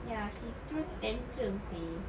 ya she throw tantrums seh